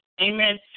Amen